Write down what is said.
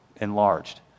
enlarged